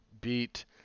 beat